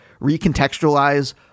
recontextualize